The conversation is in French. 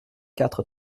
quatre